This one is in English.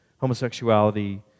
homosexuality